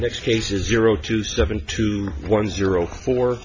next case is zero two seventy two one zero four